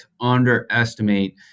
underestimate